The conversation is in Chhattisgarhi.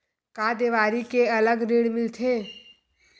का देवारी के अलग ऋण मिलथे?